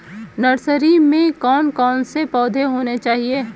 Nursery में कौन कौन से पौधे होने चाहिए?